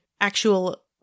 actual